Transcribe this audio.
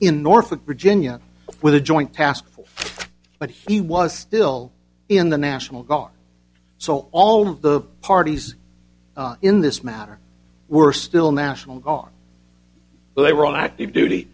in norfolk virginia with a joint task force but he was still in the national guard so all of the parties in this matter were still national guard they were on active duty